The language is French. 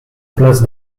place